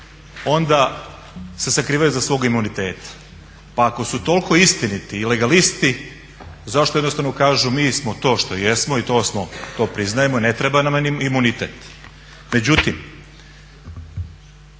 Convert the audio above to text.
onda se sakrivaju iza svog imuniteta. Pa ako su toliko istiniti i legalisti zašto jednostavno ne kažu mi smo to što jesmo i to smo, to priznajemo, ne treba meni imunitet. Međutim,